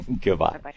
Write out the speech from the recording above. Goodbye